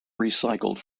recycled